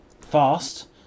fast